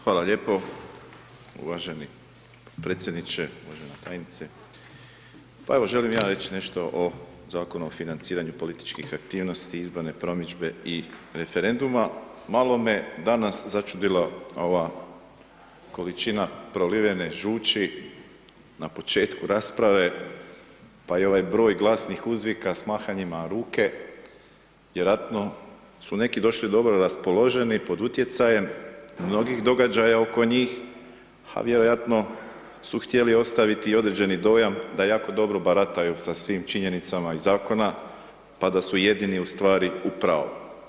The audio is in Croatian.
Hvala lijepo, uvaženi predsjedniče, uvažena tajnice, pa evo želim i ja reći nešto o Zakonu o financiranju političkih aktivnosti, izborne promidžbe i referenduma, malo me danas začudila ova količina prolivene žući na početku rasprave pa i ovaj broj glasnih uzvika s mahanjima ruke, vjerojatno su neki došli dobro raspoloženi pod utjecajem mnogih događaja oko njih, a vjerojatno su htjeli ostaviti i određeni dojam da jako dobro barataju sa svim činjenicama iz zakona, pa da su jedini u stvari u pravu.